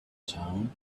town